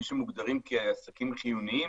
מי שמוגדרים כעסקים חיוניים,